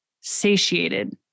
satiated